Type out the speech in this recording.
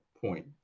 Point